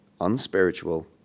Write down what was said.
unspiritual